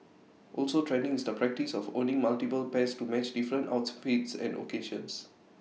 also trending is the practice of owning multiple pairs to match different outfits and occasions